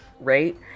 right